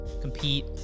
compete